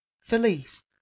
Felice